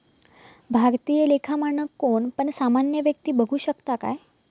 भारतीय लेखा मानक कोण पण सामान्य व्यक्ती बघु शकता काय?